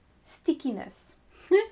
stickiness